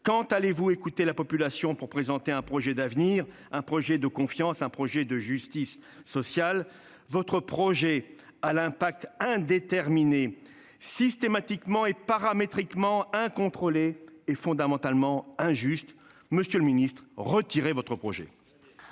Quand allez-vous écouter la population pour présenter un projet d'avenir, un projet de confiance, un projet de justice sociale ? Votre projet à l'impact indéterminé, systématiquement et paramétriquement incontrôlé, est fondamentalement injuste. Monsieur le secrétaire d'État,